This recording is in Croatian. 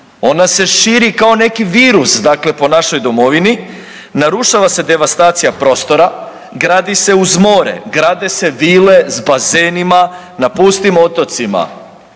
ona se širi kao neki virus po našoj domovini, narušava se devastacija prostora, gradi se uz more, grade se vile s bazenima na pustim otocima.